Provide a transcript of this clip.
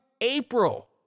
April